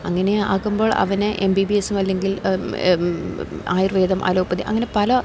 അങ്ങനെ ആകുമ്പോൾ അവനെ എം ബി ബി എസും അല്ലെങ്കിൽ ആയുർവേദം ആലോപ്പതി അങ്ങനെ പല